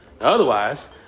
Otherwise